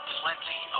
plenty